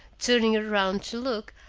turning round to look,